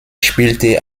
spielte